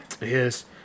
Yes